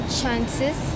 chances